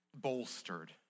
bolstered